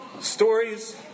Stories